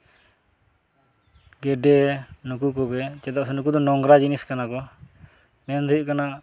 ᱜᱮᱰᱮ ᱱᱩᱠᱩ ᱠᱚᱜᱮ ᱪᱮᱫᱟᱜ ᱥᱮ ᱱᱩᱠᱩ ᱫᱚ ᱱᱚᱝᱨᱟ ᱡᱤᱱᱤᱥ ᱠᱟᱱᱟ ᱠᱚ ᱢᱮᱱᱫᱚ ᱦᱩᱭᱩᱜ ᱠᱟᱱᱟ